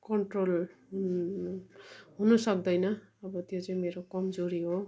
control हुनु सक्दैन अब त्यो चाहिँ मेरो कमजोरी हो